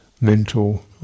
mental